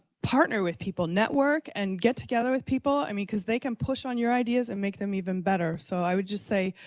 partner with people network and get together with people, i mean, because they can push you on your ideas and make them even better. so i would just say,